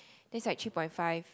that's like three point five